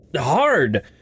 hard